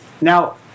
now